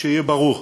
שיהיה ברור: